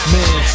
Man